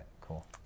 Cool